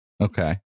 Okay